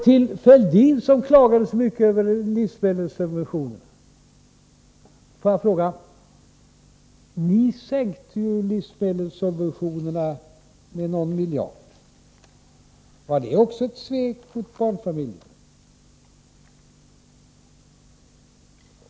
Till Fälldin, som klagade så mycket över livsmedelssubventionerna, vill jag ställa frågan: När ni sänkte livsmedelssubventionerna med någon miljard, var det också ett svek mot barnfamiljerna?